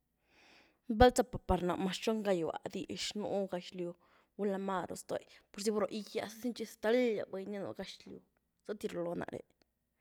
Vál za’pa par náh, mëz txon gaiywa dix nú gëxlyw, gulá máru ztoy, pu zy brógyaz ni txi ztáliaz buny ni nú gëxlyw zëty rluló náre.